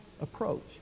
approach